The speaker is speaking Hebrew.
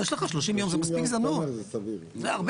30 ימי עבודה זה בסדר.